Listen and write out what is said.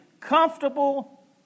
comfortable